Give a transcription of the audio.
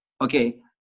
okay